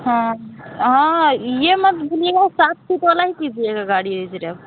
हाँ हाँ ये मत भूलिएगा सात सीट वाला ही कीजिएगा गाड़ी रिजरव